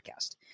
podcast